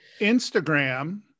Instagram